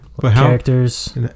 characters